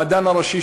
המדען הראשי,